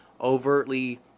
overtly